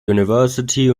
university